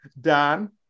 Dan